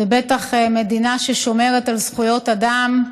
אנחנו בטח מדינה ששומרת על זכויות אדם,